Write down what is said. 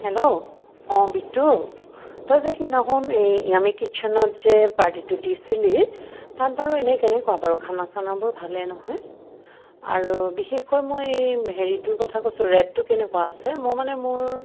hello অঁ বিতু তই যে সিদিনাখন এই য়ামি কিটচেনত যে পাৰ্টিটো দিছিলি তাত বাৰু এনেই কেনেকুৱা বাৰু খানা চানাবোৰ ভালে নহয় আৰু বিশেষকৈ মই হেৰিটোৰ কথা কৈছোঁ ৰেতটো কেনেকুৱা আছে মোৰ মানে মোৰ